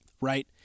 right